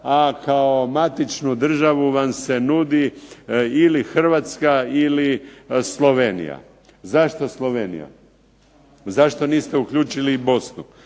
a kao matičnu državu vam se nudi ili Hrvatska ili Slovenija. Zašto Slovenija? Zašto niste uključili i Bosnu?